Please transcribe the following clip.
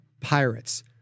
Pirates